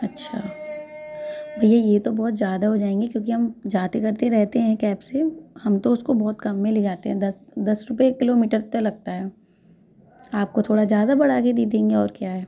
अच्छा भैया ये तो बहुत ज्यादा हो जाएंगे क्योंकि हम जाते करते रहते हैं कैब से हम तो उसको बहुत कम में ले जाते हैं दस दस रुपए किलोमीटर तक लगता है आपको थोड़ा ज्यादा बढ़ा के दे देंगे और क्या है